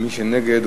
ומי שנגד,